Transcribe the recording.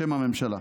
בשם הממשלה.